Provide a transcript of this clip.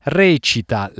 recita